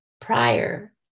prior